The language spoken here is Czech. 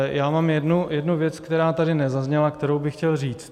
Já mám jednu věc, která tady nezazněla, kterou bych chtěl říct.